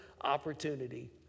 opportunity